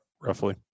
roughly